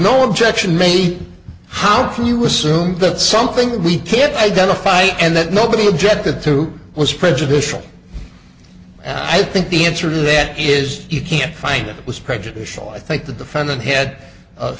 no objection me how can you assume that something that we can't identify and that nobody objected to was prejudicial and i think the answer to that is you can't find it was prejudicial i think the defendant